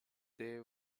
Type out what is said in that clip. they